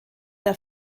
der